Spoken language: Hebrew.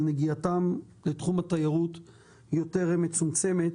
אבל נגיעתם לתחום התיירות יותר מצומצמת.